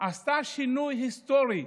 עשתה שינוי היסטורי